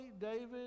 David